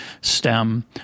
STEM